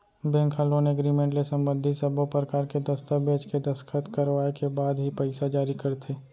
bank ह loan agreement ले संबंधित सब्बो परकार के दस्ताबेज के दस्कत करवाए के बाद ही पइसा जारी करथे